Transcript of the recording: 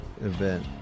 event